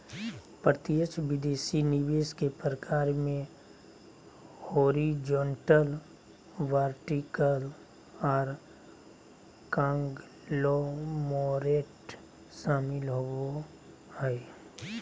प्रत्यक्ष विदेशी निवेश के प्रकार मे हॉरिजॉन्टल, वर्टिकल आर कांगलोमोरेट शामिल होबो हय